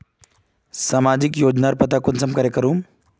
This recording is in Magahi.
सामाजिक योजनार पता कुंसम करे करूम?